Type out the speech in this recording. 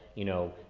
you know,